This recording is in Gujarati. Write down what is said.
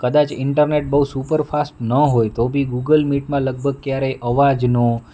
કદાચ ઇન્ટરનેટ બહુ સુપરફાસ્ટ ન હોય તો બી ગૂગલ મીટમાં લગભગ ક્યારેય અવાજનો